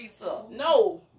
No